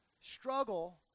struggle